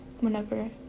whenever